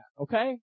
okay